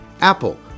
Apple